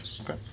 Okay